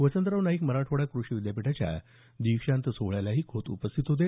वसंतराव नाईक मराठवाडा कृषी विद्यापीठाच्या दीक्षांत सोहळ्यालाही खोत उपस्थित होते